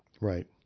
Right